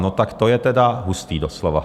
No tak to je tedy hustý doslova!